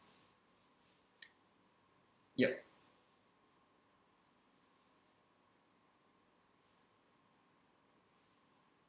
yup